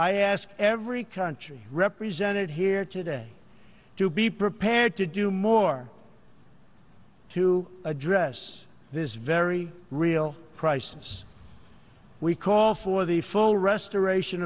i ask every country represented here today to be prepared to do more to address this very real crisis we call for the full restoration